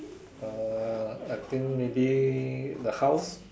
uh I think maybe the house